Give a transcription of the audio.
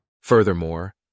Furthermore